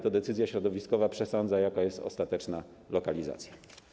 To decyzja środowiskowa przesądza, jaka jest ostateczna lokalizacja.